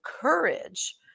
courage